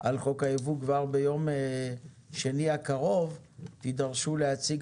על חוק היבוא כבר ביום שני הקרוב תידרשו להציג